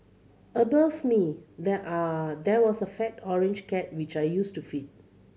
above me there are there was a fat orange cat which I used to feed